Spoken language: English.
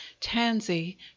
tansy